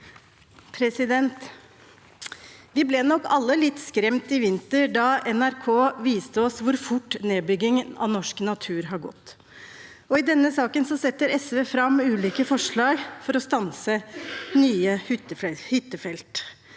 Vi ble nok alle litt skremt i vinter da NRK viste oss hvor fort nedbyggingen av norsk natur har gått. I denne saken setter SV fram ulike forslag for å stanse nye hyttefelt.